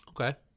okay